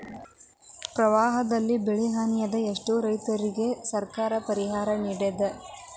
ಪ್ರವಾಹದಲ್ಲಿ ಬೆಳೆಹಾನಿಯಾದ ಎಷ್ಟೋ ರೈತರಿಗೆ ಸರ್ಕಾರ ಪರಿಹಾರ ನಿಡಿದೆ